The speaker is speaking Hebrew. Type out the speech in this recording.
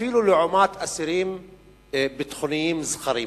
אפילו לעומת אסירים ביטחוניים זכרים,